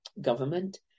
government